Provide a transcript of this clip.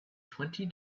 twenty